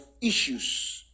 issues